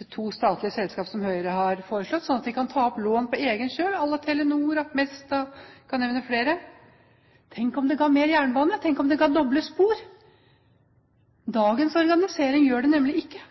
i to statlige selskaper, som Høyre har foreslått, slik at de kan ta opp lån på egen kjøl à la Telenor og Mesta, og jeg kan nevne flere. Tenk om det ga mer jernbane? Tenk om det ga doble spor? Dagens organisering gjør det nemlig ikke.